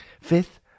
Fifth